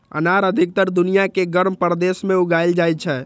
अनार अधिकतर दुनिया के गर्म प्रदेश मे उगाएल जाइ छै